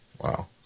Wow